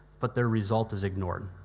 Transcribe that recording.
but the result is ignored.